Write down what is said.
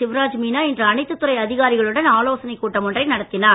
சிவராஜ் மீனா இன்று அனைத்துத் துறை அதிகாரிகளுடன் ஆலோசனை கூட்டம் ஒன்றை நடத்தினார்